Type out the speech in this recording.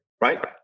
right